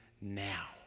now